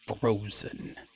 frozen